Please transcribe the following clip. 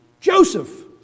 Joseph